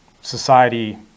society